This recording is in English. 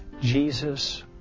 Jesus